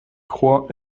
croient